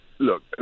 Look